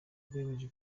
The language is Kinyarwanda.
rwemeje